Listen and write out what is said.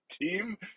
team